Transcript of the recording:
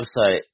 website